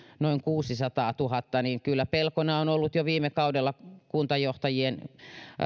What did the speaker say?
noin kuusisataatuhatta niin kyllä pelkona on ollut jo viime kaudella kuntajohtajien